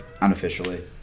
Unofficially